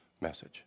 message